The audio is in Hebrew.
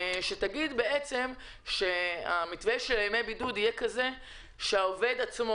היא תגיד שהמתווה של ימי בידוד יהיה כזה שהעובד עצמו,